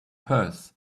purse